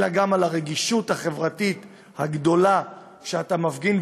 אלא גם על הרגישות החברתית הגדולה שאתה מפגין,